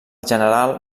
general